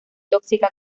tóxica